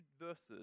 verses